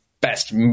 best